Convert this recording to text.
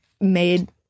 made